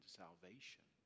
salvation